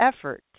effort